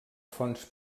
fonts